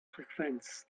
frequenz